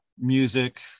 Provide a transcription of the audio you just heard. music